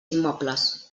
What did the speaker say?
immobles